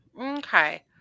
okay